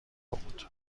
بود